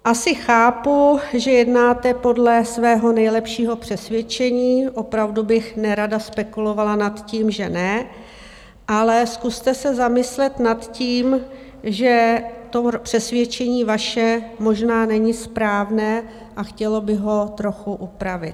Asi chápu, že jednáte podle svého nejlepšího přesvědčení, opravdu bych nerada spekulovala nad tím, že ne, ale zkuste se zamyslet nad tím, že to přesvědčení vaše možná není správné a chtělo by ho trochu upravit.